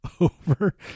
over